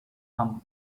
and